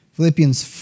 Philippians